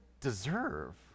deserve